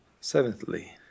Seventhly